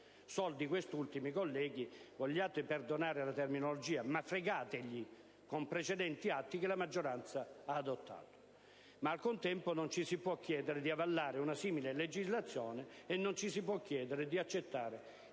soldi questi ultimi, colleghi, vogliate perdonare la terminologia, fregati loro con precedenti atti che la maggioranza ha adottato. Ma, al contempo, non ci si può chiedere di avallare una simile legislazione e non ci si può chiedere di accettare